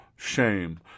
Shame